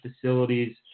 facilities